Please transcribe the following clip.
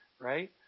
right